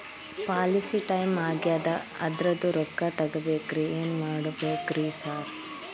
Policy time ಆಗ್ಯಾದ ಅದ್ರದು ರೊಕ್ಕ ತಗಬೇಕ್ರಿ ಏನ್ ಮಾಡ್ಬೇಕ್ ರಿ ಸಾರ್?